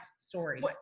stories